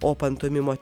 o pantomimo